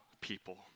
people